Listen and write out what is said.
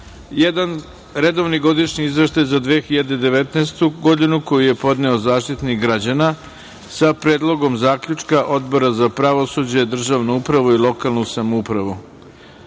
e d:1. Redovan godišnji izveštaj za 2019. godinu, koji je podneo Zaštitnik građana, sa Predlogom zaključka Odbora za pravosuđe, državnu upravu i lokalnu samoupravu